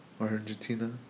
Argentina